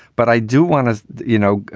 but i do want to, you know,